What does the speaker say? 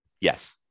Yes